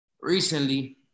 recently